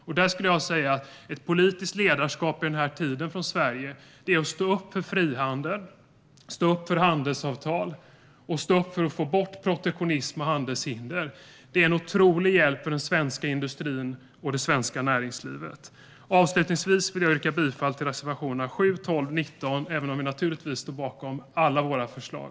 Jag skulle säga att ett politiskt ledarskap i Sverige i denna tid är att stå upp för frihandel, stå upp för handelsavtal och stå upp för att få bort protektionism och handelshinder. Det är en otrolig hjälp för den svenska industrin och det svenska näringslivet. Avslutningsvis vill jag yrka bifall till reservationerna 7, 12 och 19, men vi står naturligtvis bakom alla våra förslag.